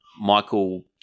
Michael